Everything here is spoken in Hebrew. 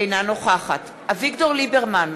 אינה נוכחת אביגדור ליברמן,